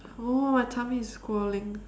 !huh! my tummy is calling